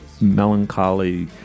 melancholy